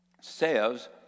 says